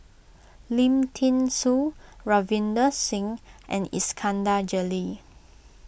Lim thean Soo Ravinder Singh and Iskandar Jalil